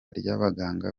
ry’abaganga